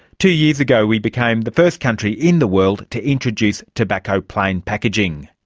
two years ago we became the first country in the world to introduce tobacco plain packaging.